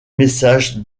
message